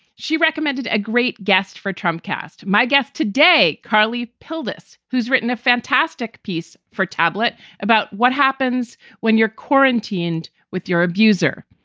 she recommended a great guest for trump cast. my guest today, carly pildes, who's written a fantastic piece for tablet about what happens when you're quarantined with your abuser.